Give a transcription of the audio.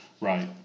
Right